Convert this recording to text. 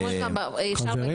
חברים,